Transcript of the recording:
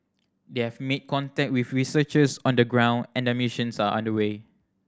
they have made contact with researchers on the ground and their missions are under way